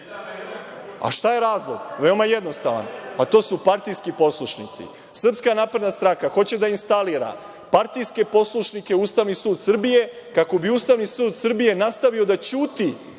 A šta je razlog? Veoma jednostavan. Pa, to su partijski poslušnici. Srpska napredna stranka hoće da instalira partijske poslušnike u Ustavni sud Srbije, kako bi Ustavni sud Srbije nastavio da ćuti